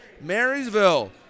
Marysville